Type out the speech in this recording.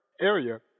area